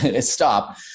stop